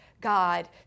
God